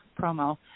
promo